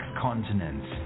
continents